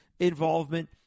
involvement